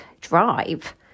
drive